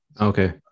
Okay